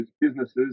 businesses